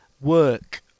work